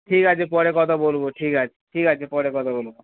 ঠিক আছে পরে কঠা বলবো ঠিক আছে ঠিক আছে পরে কথা বলবো